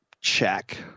check